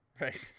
Right